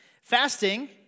Fasting